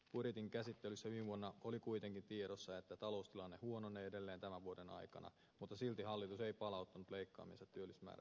budjetin käsittelyssä viime vuonna oli kuitenkin tiedossa että taloustilanne huononee edelleen tämän vuoden aikana mutta silti hallitus ei palauttanut leikkaamiansa työllisyysmäärärahoja budjettiin